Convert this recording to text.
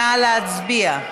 נא להצביע.